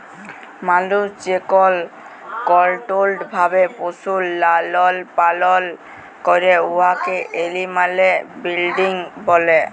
মালুস যেকল কলট্রোল্ড ভাবে পশুর লালল পালল ক্যরে উয়াকে এলিম্যাল ব্রিডিং ব্যলে